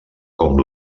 com